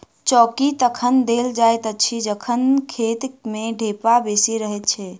चौकी तखन देल जाइत अछि जखन खेत मे ढेपा बेसी रहैत छै